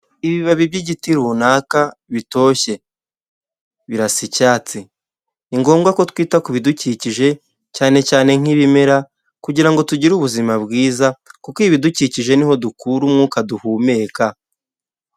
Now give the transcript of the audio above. Ibibabi by'igiti runaka bitoshye, birasa icyatsi. Ni ngombwa ko twita kubi bidukikije cyane cyane nkibimera kugira ngo tugire ubuzima bwiza, kuko ibidukikije niho dukura umwuka duhumeka.